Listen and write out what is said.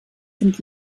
sind